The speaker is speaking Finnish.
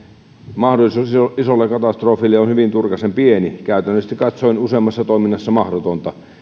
mahdollisuus isolle katastrofille on hyvin turkasen pieni käytännöllisesti katsoen useimmissa toiminnoissa mahdoton